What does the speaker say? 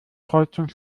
kreuzung